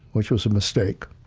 which was a mistake.